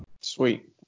Sweet